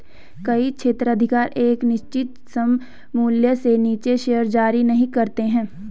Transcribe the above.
कई क्षेत्राधिकार एक निश्चित सममूल्य से नीचे शेयर जारी नहीं करते हैं